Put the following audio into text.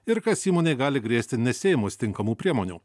ir kas įmonei gali grėsti nesiėmus tinkamų priemonių